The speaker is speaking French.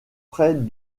près